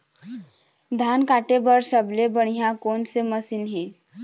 धान काटे बर सबले बढ़िया कोन से मशीन हे?